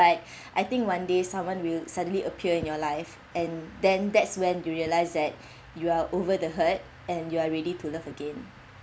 I think one day someone will suddenly appear in your life and then that's when you realise that you are over the hurt and you are ready to love again